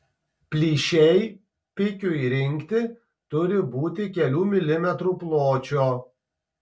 plyšiai pikiui rinkti turi būti kelių milimetrų pločio